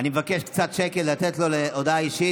אני קובע שהצעת חוק להארכת תוקפן של תקנות שעת חירום (יהודה והשומרון,